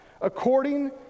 according